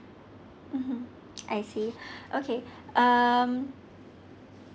mmhmm I see okay um